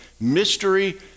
mystery